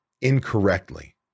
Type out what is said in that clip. incorrectly